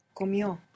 comió